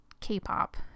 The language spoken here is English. K-pop